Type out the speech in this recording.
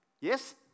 Yes